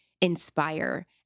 inspire